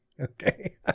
Okay